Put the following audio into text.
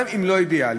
גם אם לא אידיאלי,